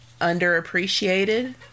underappreciated